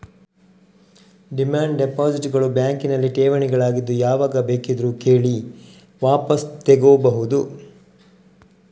demand deposit ಗಳು ಬ್ಯಾಂಕಿನಲ್ಲಿ ಠೇವಣಿಗಳಾಗಿದ್ದು ಯಾವಾಗ ಬೇಕಿದ್ರೂ ಕೇಳಿ ವಾಪಸು ತಗೋಬಹುದು